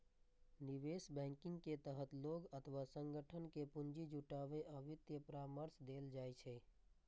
निवेश बैंकिंग के तहत लोग अथवा संगठन कें पूंजी जुटाबै आ वित्तीय परामर्श देल जाइ छै